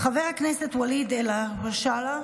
חבר הכנסת ואליד אלהואשלה,